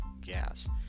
gas